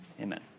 Amen